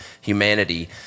humanity